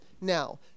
now